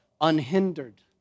Unhindered